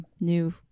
new